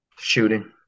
Shooting